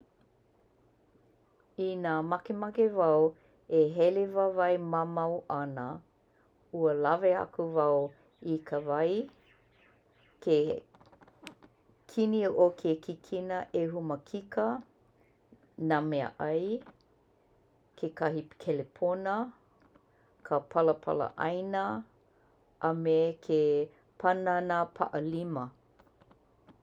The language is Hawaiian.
Inā makemake wau e hele wāwae mamau ana, ua lawe aku wau i ka wai, ke kini o ke kino o ke makika, nā mea ʻai, kekahi kelepona, ka palapala ʻaina, a me ke panana paʻalima.